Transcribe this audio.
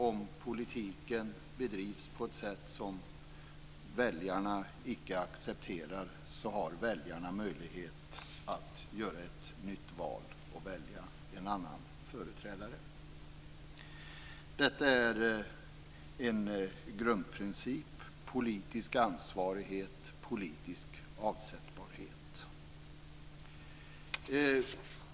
Om politiken bedrivs på ett sätt som väljarna icke accepterar, har väljarna möjlighet att göra ett nytt val och välja en annan företrädare. Detta är en grundprincip: politisk ansvarighet, politisk avsättbarhet.